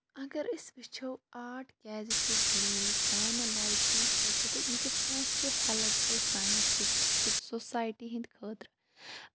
اَگر أسۍ وٕچھو آٹ کیازِ چھُ ضروٗری سانہِ لایفہِ ہِندِ خٲطرٕ تہٕ یہِ کِتھ پٲٹھۍ چھُ پٮ۪لٔپ فُل سانہِ سوسیٹی ہِندِ خٲطرٕ